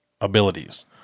abilities